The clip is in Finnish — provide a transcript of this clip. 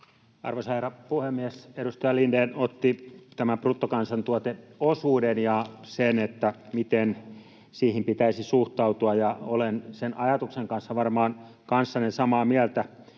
Arvoisa herra puhemies! Edustaja Lindén otti esiin tämän bruttokansantuoteosuuden ja sen, miten siihen pitäisi suhtautua, ja olen sen ajatuksen kanssa varmaan kanssanne samaa mieltä